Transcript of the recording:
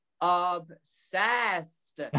Obsessed